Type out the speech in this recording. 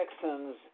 Texans